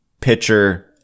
pitcher